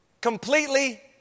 Completely